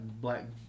black